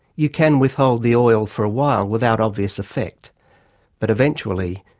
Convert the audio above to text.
you can withhold the oil for a while without obvious effect but eventually,